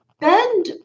bend